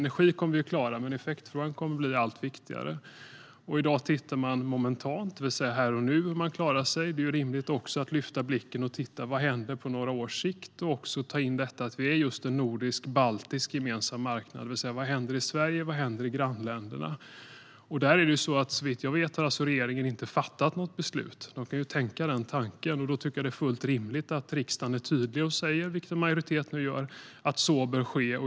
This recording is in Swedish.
Energin kommer vi att klara, men effektfrågan kommer att bli allt viktigare. I dag tittar man momentant, det vill säga här och nu, på hur man klarar sig. Det är rimligt att också lyfta blicken för att se vad som händer på några års sikt och även ta in detta att vi är just en nordisk-baltisk gemensam marknad. Vad händer i Sverige, och vad händer i grannländerna? Såvitt jag vet har inte regeringen fattat något beslut. Man kan tänka den tanken, och då tycker jag att det är fullt rimligt att riksdagen är tydlig och säger, vilket en majoritet nu gör, att så bör ske.